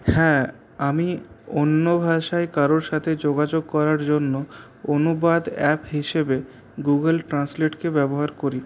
হ্যাঁ আমি অন্য ভাষায় কারো সাথে যোগাযোগ করার জন্য অনুবাদ অ্যাপ হিসেবে গুগল ট্রান্সলেটকে ব্যবহার করি